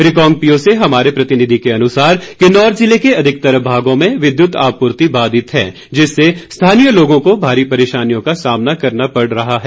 रिकांगपिओ से हमारे प्रतिनिधि के अनुसार किन्नौर जिले के अधिकतर भागों में विद्युत आपूर्ति बाधित है जिससे स्थानीय लोगों को भारी परेशानियों का सामना करना पड़ रहा है